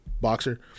boxer